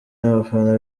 n’abafana